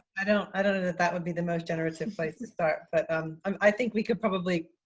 i don't. i don't know that that would be the most generative place to start, but um um i think we could probably,